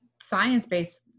science-based